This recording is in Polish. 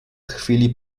chwili